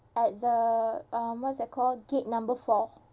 at the uh what's the called gate number four